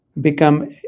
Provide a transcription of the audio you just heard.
become